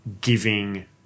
giving